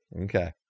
Okay